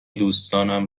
دوستانم